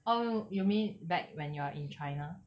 oh you mean back when you are in china